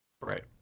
Right